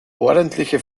ordentliche